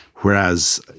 Whereas